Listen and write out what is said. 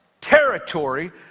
territory